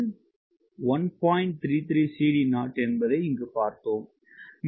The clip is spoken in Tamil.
33𝐶D0 என்பதை இங்கே பார்த்தோம்